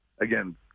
again